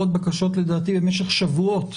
למרות בקשות לדעתי במשך שבועות,